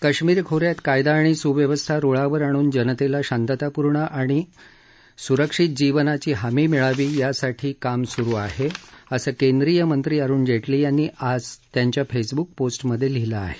कश्मीर खो यात कायदा आणि सुव्यवस्था रुळावर आणून जनतेला शांततापूर्ण आणि सु्रक्षित जीवनाची हमी मिळावी यासाठी काम सु्रु आहे असं केंद्रीय मंत्री अरुण जेटली यांनी आज त्यांच्या फेसब्क पोस्टमधे लिहिलं आहे